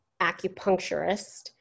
acupuncturist